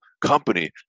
company